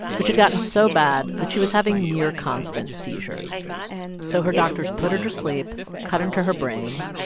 which had gotten so bad that she was having near constant seizures so her doctors put her to sleep, cut into her brain.